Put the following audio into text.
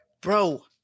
Bro